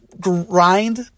grind